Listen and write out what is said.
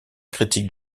critique